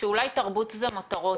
שאולי תרבות זה מותרות.